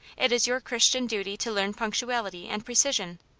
it is your chris tian duty to learn punctuality and precision.